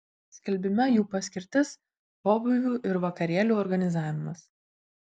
skelbime jų paskirtis pobūvių ir vakarėlių organizavimas